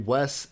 Wes